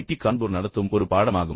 D Kanpur நடத்தும் ஒரு பாடமாகும்